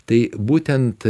tai būtent